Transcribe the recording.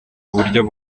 buryo